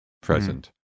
present